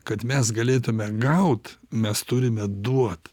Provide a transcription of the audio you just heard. kad mes galėtume gaut mes turime duot